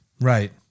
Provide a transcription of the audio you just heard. Right